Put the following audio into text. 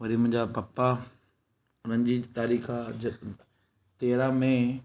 वरी मुंहिंजा पपा उन्हनि जी तारीख़ आहे ज तेरहं मई